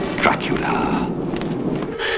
Dracula